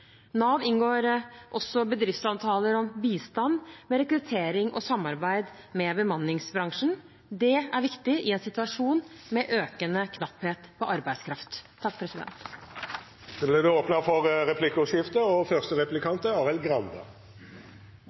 Nav inngår også bedriftsavtaler om bistand med rekruttering og samarbeid med bemanningsbransjen. Det er viktig i en situasjon med økende knapphet på arbeidskraft.